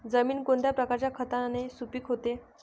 जमीन कोणत्या प्रकारच्या खताने सुपिक होते?